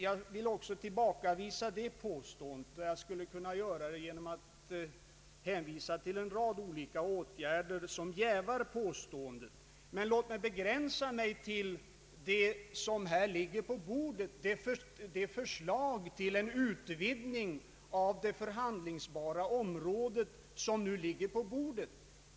Jag vill också tillbakavisa detta påstående, och jag skulle kunna göra det genom att hänvisa till en rad olika åtgärder som jävar påståendet. Men låt mig begränsa mig till det förslag om en utvidgning av det förhandlingsbara området som nu ligger på bordet.